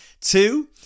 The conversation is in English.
Two